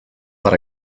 per